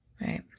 Right